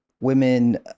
women